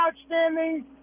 outstanding